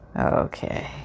Okay